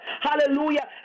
hallelujah